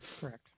Correct